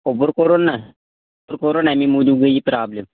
اوٚبُر کوٚرُن نا سُہ کوٚرُن اَمی موٗجوٗب گٔے یہِ پرٛابلِم